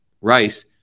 Rice